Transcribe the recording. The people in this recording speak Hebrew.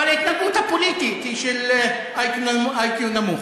אבל ההתנהגות הפוליטית היא של IQ נמוך.